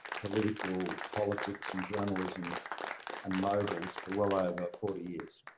political politics and journalism and moguls for well over forty years,